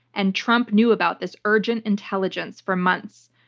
and trump knew about this urgent intelligence for months.